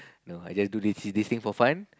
you know I just do this this thing for fun